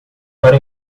para